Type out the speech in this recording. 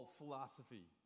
philosophy